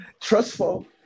Trustful